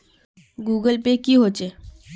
Google pay की होचे?